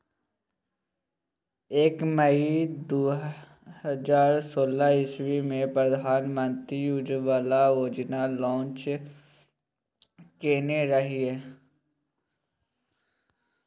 एक मइ दु हजार सोलह इस्बी मे प्रधानमंत्री उज्जवला योजना लांच केने रहय